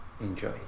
Enjoy